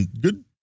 Good